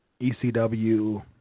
ECW